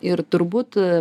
ir turbūt